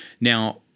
Now